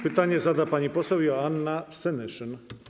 Pytanie zada pani poseł Joanna Senyszyn.